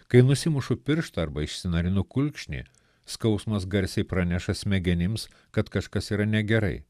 kai nusimušu pirštą arba išsinarinu kulkšnį skausmas garsiai praneša smegenims kad kažkas yra negerai